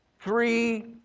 three